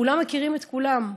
כולם מכירים את כולם,